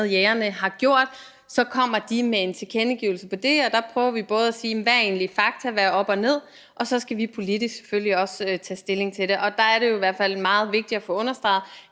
jægerne har gjort. Så kommer de med en tilkendegivelse i forhold til det, og der prøver vi at sige: Hvad er egentlig fakta; hvad er op og ned? Og der skal vi selvfølgelig også politisk tage stilling til det, og der er det jo i hvert fald meget vigtigt at få understreget,